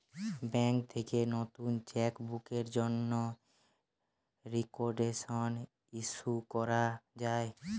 bank থেকে নতুন cheque বুকের জন্যে রিকোয়েস্ট ইস্যু করা যায়